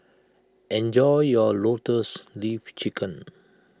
enjoy your Lotus Leaf Chicken